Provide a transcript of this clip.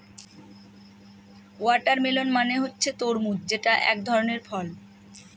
watermelon মানে হচ্ছে তরমুজ যেটা এক ধরনের ফল